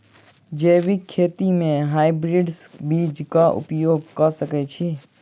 जैविक खेती म हायब्रिडस बीज कऽ उपयोग कऽ सकैय छी?